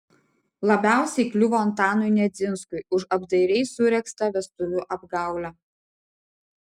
labiausiai kliuvo antanui nedzinskui už apdairiai suregztą vestuvių apgaulę